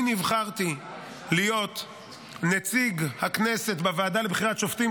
אני נבחרתי להיות נציג הכנסת בוועדה לבחירת שופטים,